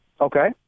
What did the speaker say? Okay